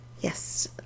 Yes